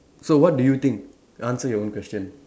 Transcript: so what do you think you answer your own question